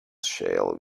shale